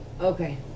okay